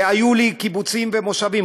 שהיו לי קיבוצים ומושבים,